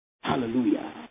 Hallelujah